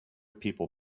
people